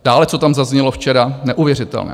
Dále, co tam zaznělo včera, neuvěřitelné.